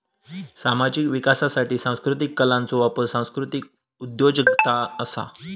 सामाजिक विकासासाठी सांस्कृतीक कलांचो वापर सांस्कृतीक उद्योजगता असा